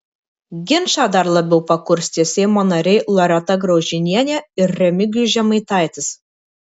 ginčą dar labiau pakurstė seimo nariai loreta graužinienė ir remigijus žemaitaitis